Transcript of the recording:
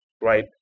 right